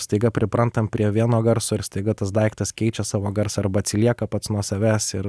staiga priprantam prie vieno garso ir staiga tas daiktas keičia savo garsą arba atsilieka pats nuo savęs ir